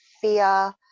fear